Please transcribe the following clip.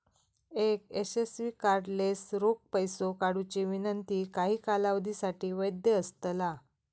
एक यशस्वी कार्डलेस रोख पैसो काढुची विनंती काही कालावधीसाठी वैध असतला